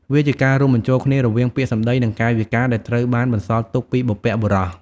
វាជាការរួមបញ្ចូលគ្នារវាងពាក្យសម្ដីនិងកាយវិការដែលត្រូវបានបន្សល់ទុកពីបុព្វបុរស។